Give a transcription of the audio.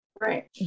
Right